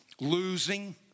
losing